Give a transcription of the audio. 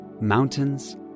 mountains